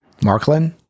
Marklin